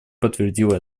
подтвердил